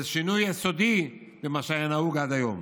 זה שינוי יסודי ממה שהיה נהוג עד היום.